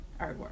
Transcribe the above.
artwork